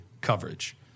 coverage